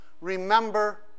remember